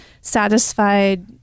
satisfied